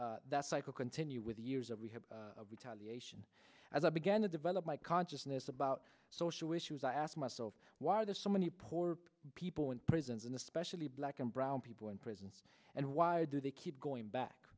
that cycle continue with the years of retaliation as i began to develop my consciousness about social issues i asked myself why are the so many poor people in prisons and especially black and brown people in prison and why do they keep going back